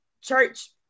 church